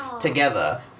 together